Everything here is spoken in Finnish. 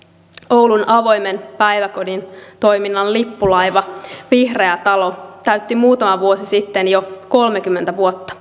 oulun avoimen päiväkodin toiminnan lippulaiva vihreä talo täytti muutama vuosi sitten jo kolmekymmentä vuotta